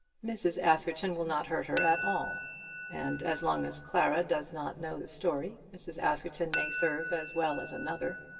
mrs. askerton will not hurt her at all and as long as clara does not know the story, mrs. askerton may serve as well as another.